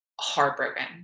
heartbroken